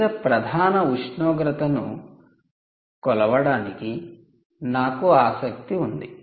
శరీర ప్రధాన ఉష్ణోగ్రతను కొలవడానికి నాకు ఆసక్తి ఉంది